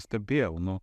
stebėjau nu